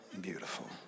beautiful